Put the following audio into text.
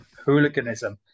hooliganism